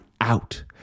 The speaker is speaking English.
out